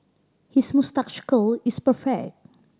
his moustache curl is perfect